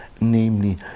namely